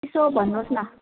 यसो भन्नुहोस् न